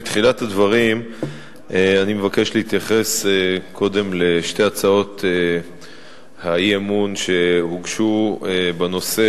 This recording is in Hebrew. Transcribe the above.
בתחילת הדברים אני מבקש להתייחס לשתי הצעות האי-אמון שהוגשו בנושא,